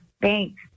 Thanks